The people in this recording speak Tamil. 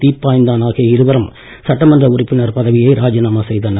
தீப்பாய்ந்தான் ஆகிய இருவரும் சட்டமன்ற உறுப்பினர் பதவியை ராஜினாமா செய்தனர்